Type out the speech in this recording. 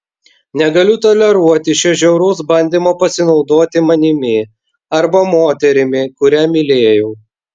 negaliu toleruoti šio žiauraus bandymo pasinaudoti manimi arba moterimi kurią mylėjau